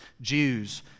Jews